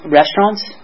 restaurants